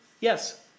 Yes